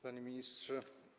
Panie Ministrze!